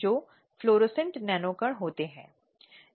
अब आंतरिक शिकायत समिति के पास यह विशेष रचना है एक अध्यक्ष होना चाहिए